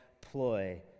ploy